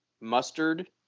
mustard